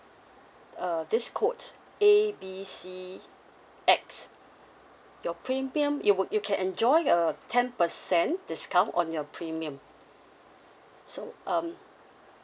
uh this code A B C X your premium you would you can enjoy a ten percent discount on your premium so um